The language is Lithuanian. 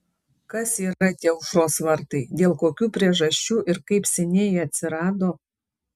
kas yra tie aušros vartai dėl kokių priežasčių ir kaip seniai jie atsirado